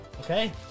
Okay